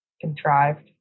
contrived